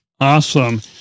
Awesome